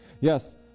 Yes